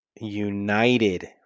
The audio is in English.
United